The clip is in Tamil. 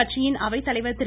கட்சியின் அவைத்தலைவர் திரு